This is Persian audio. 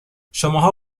شماها